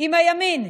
עם הימין,